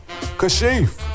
Kashif